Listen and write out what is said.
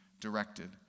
directed